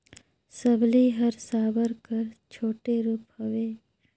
सबली हर साबर कर छोटे रूप हवे